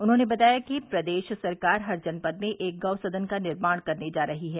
उन्होंने बताया कि प्रदेश सरकार हर जनपद में एक गौ सदन का निर्माण करने जा रही है